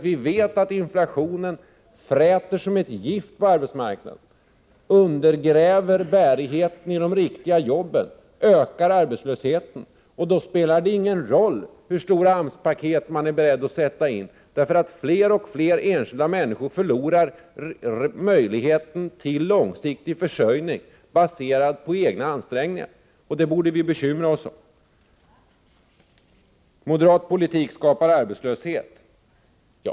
Vi vet ju att inflationen fräter som ett gift på arbetsmarknaden, undergräver bärigheten i de riktiga jobben och ökar arbetslösheten. Då spelar det ingen roll hur stora AMS-paket man är beredd att sätta in, därför att fler och fler enskilda människor förlorar möjligheten till långsiktig försörjning baserad på egna ansträngningar. Det borde vi bekymra oss för. Moderat politik skapar arbetslöshet, säger Bo Nilsson.